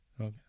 okay